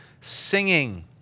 singing